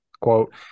quote